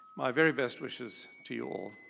my very best wishes to you all.